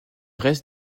reste